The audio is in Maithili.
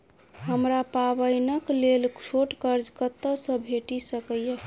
हमरा पाबैनक लेल छोट कर्ज कतऽ सँ भेटि सकैये?